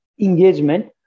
engagement